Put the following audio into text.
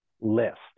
list